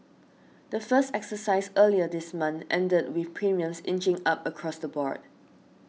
the first exercise earlier this month ended with premiums inching up across the board